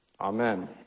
amen